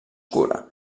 cura